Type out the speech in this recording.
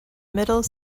middle